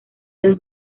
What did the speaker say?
del